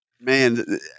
man